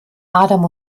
adam